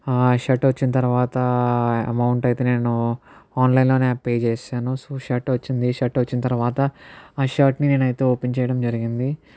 ఆ షర్ట్ వచ్చిన తర్వాత అమౌంట్ అయితే నేను ఆన్లైన్లోనే పే చేసేశాను సో షర్ట్ వచ్చింది షర్ట్ వచ్చిన తర్వాత ఆ షర్ట్ని నేనైతే ఓపెన్ చేయడం జరిగింది